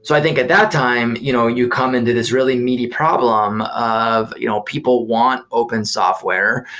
so i think at that time, you know you come into this really meaty problem of you know people want open software.